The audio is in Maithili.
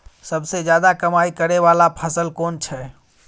सबसे ज्यादा कमाई करै वाला फसल कोन छै?